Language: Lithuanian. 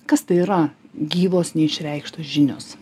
kas tai yra gyvos neišreikštos žinios